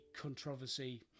controversy